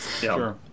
Sure